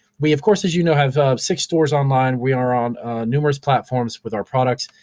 we, of course, as you know have six stores online. we are on numerous platforms with our products.